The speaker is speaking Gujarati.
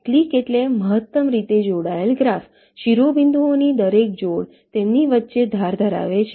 ક્લીક એટલે મહત્તમ રીતે જોડાયેલ ગ્રાફ શિરોબિંદુઓની દરેક જોડ તેમની વચ્ચે ધાર ધરાવે છે